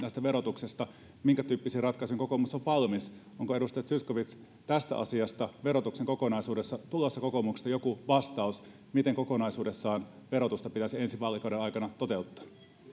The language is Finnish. verotuksesta minkätyyppisiin ratkaisuihin kokoomus on valmis onko edustaja zyskowicz tästä asiasta verotuksen kokonaisuudesta tulossa kokoomuksesta joku vastaus miten kokonaisuudessaan verotusta pitäisi ensi vaalikauden aikana toteuttaa